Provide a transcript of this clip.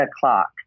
o'clock